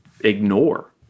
ignore